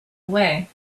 away